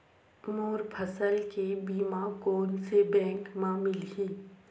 मोर फसल के बीमा कोन से बैंक म मिलही?